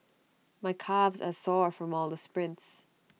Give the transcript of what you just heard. my calves are sore from all the sprints